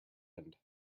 end